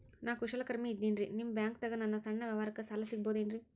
ನಾ ಕುಶಲಕರ್ಮಿ ಇದ್ದೇನ್ರಿ ನಿಮ್ಮ ಬ್ಯಾಂಕ್ ದಾಗ ನನ್ನ ಸಣ್ಣ ವ್ಯವಹಾರಕ್ಕ ಸಾಲ ಸಿಗಬಹುದೇನ್ರಿ?